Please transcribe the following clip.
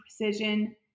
precision